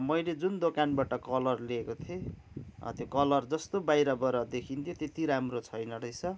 मैले जुन दोकानबट कलर लिएको थिएँ त्यो कलर जस्तो बाहिरबाट देखिन्थ्यो त्यति राम्रो छैन रहेछ